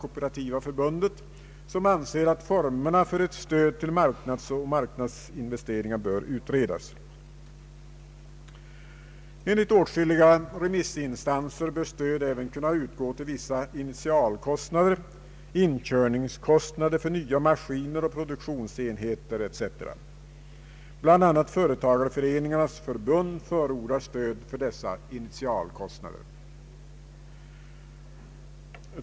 Kooperativa förbundet, som anser att formerna för ett stöd till marknadsinvesteringar bör utredas. Enligt åtskilliga remissinstanser bör stöd även kunna utgå till vissa initialkostnader, inkörningskostnader för nya maskiner, produktionsenheter etc. Företagareföreningarnas förbund befinner sig bland dem som förordar stöd för dessa initialkostnader.